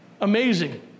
Amazing